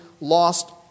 lost